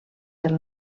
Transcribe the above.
del